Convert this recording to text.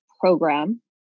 program